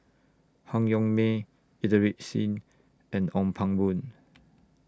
Han Yong May Inderjit Singh and Ong Pang Boon